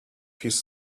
his